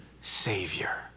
Savior